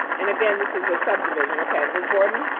and again, this is a subdivision. okay. ms. borden,